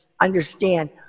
understand